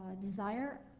desire